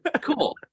Cool